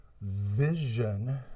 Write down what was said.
vision